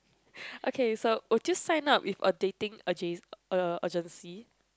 okay so would you sign up with a dating age~ agency